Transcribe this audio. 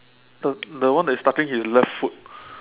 the the one that is touching his left foot